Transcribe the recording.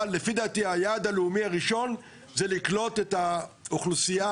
אבל לפי דעתי היעד הלאומי הראשון זה לקלוט את האוכלוסייה,